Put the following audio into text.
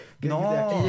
No